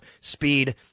Speed